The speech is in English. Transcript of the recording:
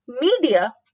Media